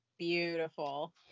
Beautiful